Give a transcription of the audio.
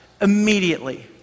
immediately